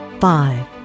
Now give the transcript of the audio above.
Five